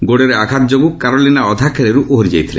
ଗୋଡ଼ରେ ଆଘାତ ଯୋଗୁଁ କାରୋଲିନା ଅଧା ଖେଳରୁ ଓହରି ଯାଇଥିଲେ